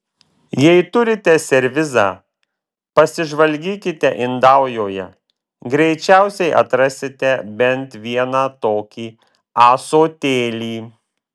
jei turite servizą pasižvalgykite indaujoje greičiausiai atrasite bent vieną tokį ąsotėlį